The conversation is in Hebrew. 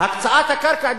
הקצאת הקרקע,